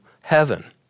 heaven